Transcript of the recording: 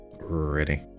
ready